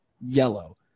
yellow